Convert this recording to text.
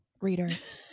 readers-